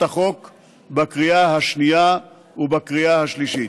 החוק בקריאה השנייה ובקריאה השלישית.